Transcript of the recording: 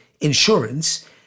insurance